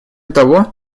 того